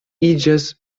iĝas